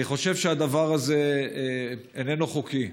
אני חושב שהדבר הזה איננו חוקי,